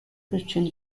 christian